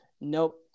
Nope